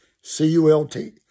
C-U-L-T